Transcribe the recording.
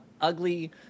ugly